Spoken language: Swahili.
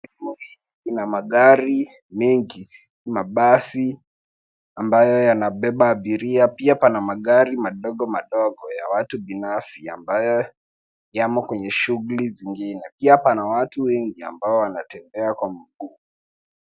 Kituo hiki kina magari mengi, mabasi ambayo yanabeba abiria, pia pana magari madogo madogo ya watu binafsi ambayo yamo kwenye shughuli zingine. Pia pana watu wengi wanatembea kwa mguu.